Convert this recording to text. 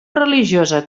religiosa